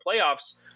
playoffs